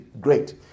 great